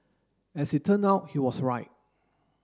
as it turned out he was right